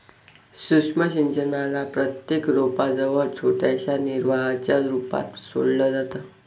सूक्ष्म सिंचनाला प्रत्येक रोपा जवळ छोट्याशा निर्वाहाच्या रूपात सोडलं जातं